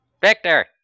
Victor